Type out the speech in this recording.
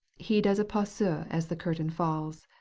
he does a pas seul as the curtain falls.